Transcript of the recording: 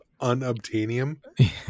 unobtainium